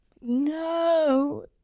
no